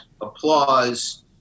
applause